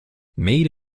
made